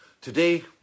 today